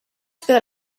that